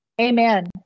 Amen